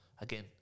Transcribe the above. again